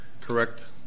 correct